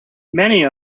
many